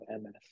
ms